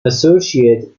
associate